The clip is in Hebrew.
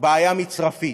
בעיה מצרפית: